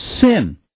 sin